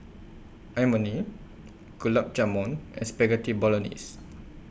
Imoni Gulab Jamun and Spaghetti Bolognese